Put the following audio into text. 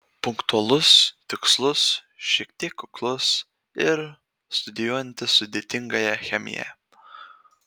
punktualus tikslus šiek tiek kuklus ir studijuojantis sudėtingąją chemiją